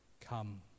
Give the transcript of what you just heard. Come